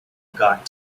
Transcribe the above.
got